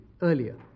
earlier